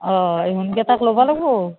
অঁ এহোনকেইটাক ল'ব লাগিব